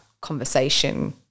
conversation